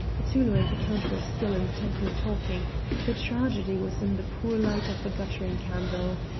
petullo and the count were still intently talking the tragedy was in the poor light of a guttering candle.